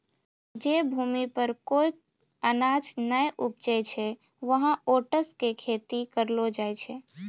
जै भूमि पर कोय अनाज नाय उपजै छै वहाँ ओट्स के खेती करलो जाय छै